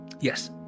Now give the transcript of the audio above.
Yes